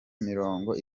mirongo